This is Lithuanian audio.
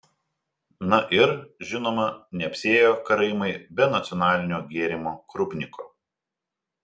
na ir žinoma neapsiėjo karaimai be nacionalinio gėrimo krupniko